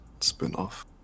spinoff